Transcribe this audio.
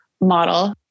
model